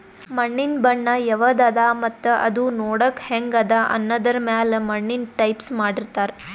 ಮಣ್ಣಿನ್ ಬಣ್ಣ ಯವದ್ ಅದಾ ಮತ್ತ್ ಅದೂ ನೋಡಕ್ಕ್ ಹೆಂಗ್ ಅದಾ ಅನ್ನದರ್ ಮ್ಯಾಲ್ ಮಣ್ಣಿನ್ ಟೈಪ್ಸ್ ಮಾಡಿರ್ತಾರ್